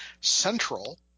Central